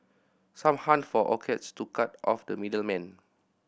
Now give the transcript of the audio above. some hunt for orchards to cut out the middle man